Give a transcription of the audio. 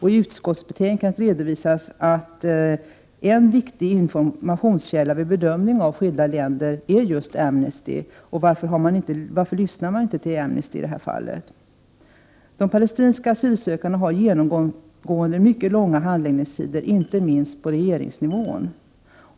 I utskottsbetänkandet redovisas att en viktig informationskälla vid bedömning av skilda länder är just Amnesty. Varför lyssnar man inte till Amnesty i det här fallet? De palestinska asylsökandes ärenden har genomgående mycket långa handläggningstider, inte minst på regeringsnivån.